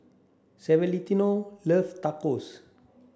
loves Tacos